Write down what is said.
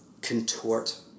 contort